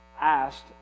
asked